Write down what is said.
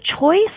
choice